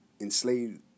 enslaved